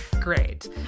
great